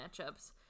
matchups